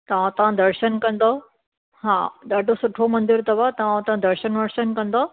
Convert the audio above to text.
तव्हां हुतां दर्शन कंदव हा ॾाढो सुठो मंदरु अथव तव्हां हुतां दर्शन वर्शन कंदव